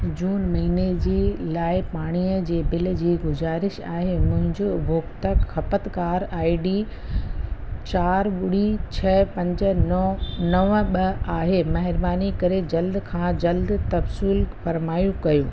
जून महीने जी लाइ पाणीअ जे बिल जी गुज़ारिश आहे मुंहिंजो उपभोक्ता खपतकार आईडी चारि ॿुड़ी छह पंज नौ नव ॿ आहे महिरबानी करे जल्द खां जल्द तफ़सील फरमायूं कयो